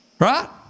Right